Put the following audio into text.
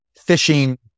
fishing